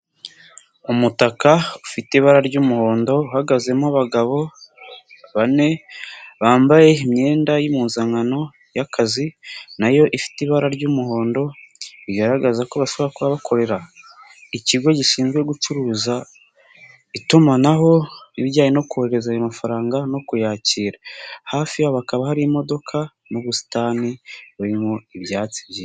Umutaka ufite ibara ry'umuhondo uhagazemo abagabo bane bambaye imyenda y'impuzankano y'akazi na yo ifite ibara ry'umuhondo, rigaragaza ko bashobora kuba bakorera ikigo gishinzwe gucuruza itumanaho, ibijyanye no kohereza ayo mafaranga no kuyakira, hafi y'aho hakaba hari imodoka n'ubusitani burimo ibyatsi byinshi.